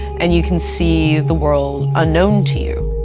and you can see the world unknown to you.